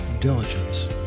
diligence